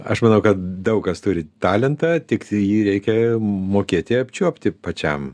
aš manau kad daug kas turi talentą tiktai jį reikia mokėti apčiuopti pačiam